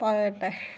പറയട്ടെ